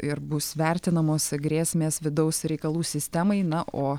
ir bus vertinamos grėsmės vidaus reikalų sistemai na o